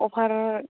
offer